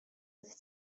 oeddet